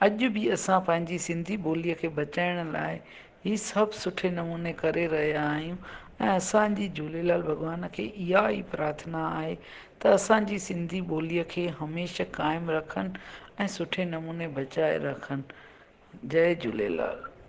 अॼ बि असां पंहिंजी सिंधी ॿोलीअ खे बचाइण लाइ ई सभु सुठे नमूने करे रहिया आहियूं ऐं असांजी झूलेलाल भगवानु खे इहेई प्रार्थना आहे त असांजी सिंधी ॿोलीअ खे हमेशह क़ायम रखनि ऐं सुठे नमूने बचाये रखनि जय झूलेलाल